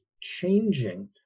changing